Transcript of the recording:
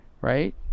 Right